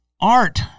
Art